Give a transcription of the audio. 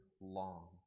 long